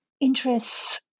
interests